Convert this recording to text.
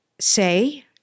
say